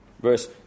Verse